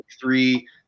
three